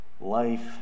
life